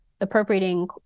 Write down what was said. appropriating